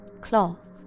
cloth